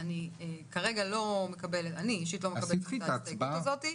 עכשיו אני אציג את ההסתייגויות.